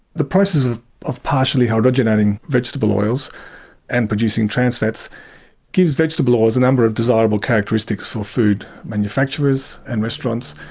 the process of of partially hydrogenating vegetable oils and producing trans fats gives vegetable oils a number of desirable characteristics for food manufacturers and restaurants.